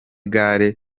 gare